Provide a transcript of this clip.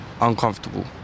Uncomfortable